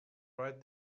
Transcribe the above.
right